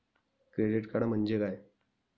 Credit card म्हणजे काय?